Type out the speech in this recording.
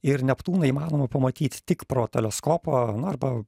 ir neptūną įmanoma pamatyti tik pro teleskopą na arba